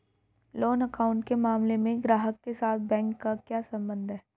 Loan account के मामले में ग्राहक के साथ बैंक का क्या संबंध है?